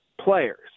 players